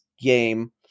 game